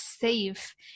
safe